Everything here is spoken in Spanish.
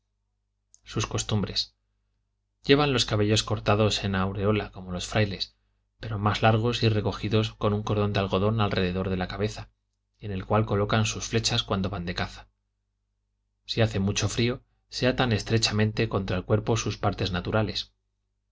sus costumbres llevan los cabellos cortados en aureola como los frailes pero más largos y recogidos por un cordón de algodón alrededor de la cabeza y en el cual colocan sus flechas cuando van de caza si hace mucho frío se atan estrechamente contra el cuerpo sus partes naturales